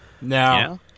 Now